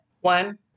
one